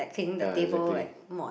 ya exactly